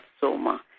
Soma